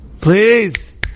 please